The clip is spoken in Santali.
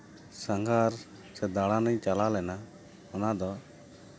ᱥᱟᱸᱜᱷᱟᱨ ᱥᱮ ᱫᱟᱬᱟᱱᱤᱧ ᱪᱟᱞᱟᱣ ᱞᱮᱱᱟ ᱚᱱᱟ ᱫᱚ